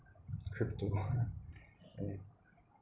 triple